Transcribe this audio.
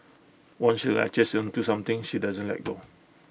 once she latches onto something she doesn't let go